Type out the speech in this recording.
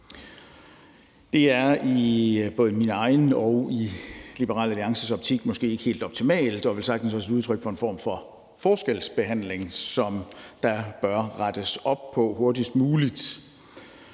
Det er i både min egen og i Liberal Alliances optik måske ikke helt optimalt og er velsagtens også udtryk for en form for forskelsbehandling, som der bør rettes op på hurtigst muligt.